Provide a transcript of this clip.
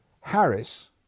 Harris